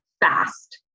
FAST